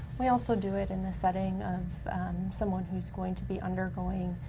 we also do it in the setting of someone who's going to be undergoing